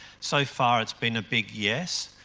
so far it's been a big yes,